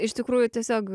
iš tikrųjų tiesiog